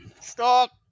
Stop